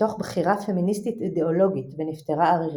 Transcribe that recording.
מתוך בחירה פמיניסטית אידאולוגית ונפטרה ערירית.